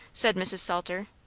said mrs. salter.